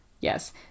Yes